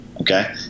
Okay